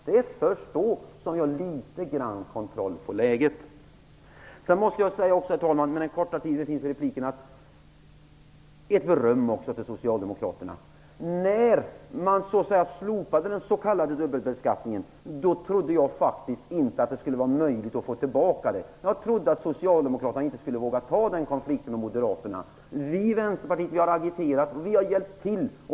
Det är först då som vi har litet grand kontroll på läget. Herr talman! Med den korta tid vi har i replikerna vill jag också ge ett beröm till Socialdemokraterna. När man slopade den s.k. dubbelbeskattningen trodde jag faktiskt inte att det skulle vara möjligt att få tillbaka den. Jag trodde att Socialdemokraterna inte skulle våga ta den konflikten med Moderaterna. Vi i Vänsterpartier har agiterat, och vi har hjälpt till.